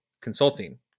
Consulting